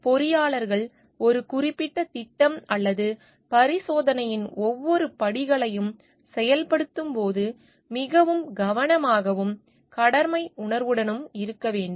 பொறியாளர்கள் ஒரு குறிப்பிட்ட திட்டம் அல்லது பரிசோதனையின் ஒவ்வொரு படிகளையும் செயல்படுத்தும் போது மிகவும் கவனமாகவும் கடமை உணர்வுடன் இருக்க வேண்டும்